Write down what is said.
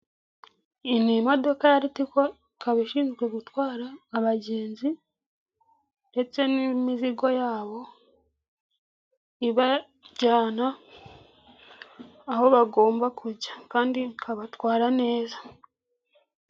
Iyi ni imodoka ya ritiko ikaba ishinzwe gutwara abagenzi ndetse n'imizigo yabo, ibajyana aho bagomba kujya kandi ikabatwara neza.